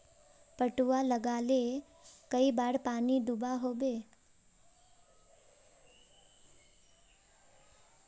पटवा लगाले कई बार पानी दुबा होबे?